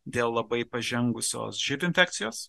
dėl labai pažengusios živ infekcijos